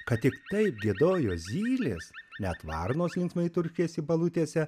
ką tik taip giedojo zylės net varnos linksmai turškėsi balutėse